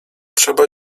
trzeba